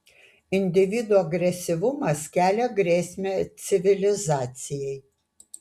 individų agresyvumas kelia grėsmę civilizacijai